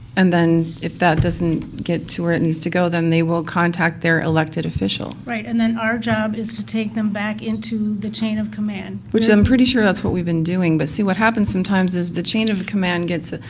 and then if that doesn't get to where it needs to go, then they will contact their elected official. brenda right, and then our job is to take them back into the chain of command. rhonda which i'm pretty sure that's what we've been doing. but see, what happens sometimes is the chain of command gets